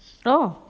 oh